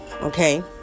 okay